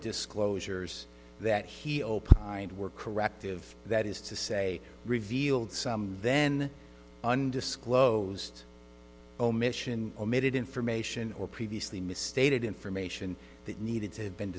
disclosures that he opined were corrective that is to say revealed some then undisclosed omission omitted information or previously misstated information that needed to